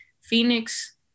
Phoenix